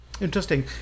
Interesting